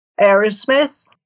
Aerosmith